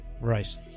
Right